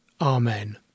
Amen